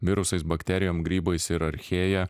virusais bakterijom grybais ir archėja